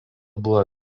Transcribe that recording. buvo